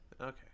okay